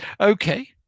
Okay